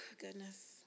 goodness